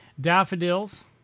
Daffodils